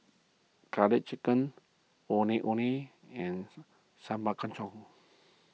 Garlic Chicken Ondeh Ondeh and Sambal Kangkongs